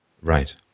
Right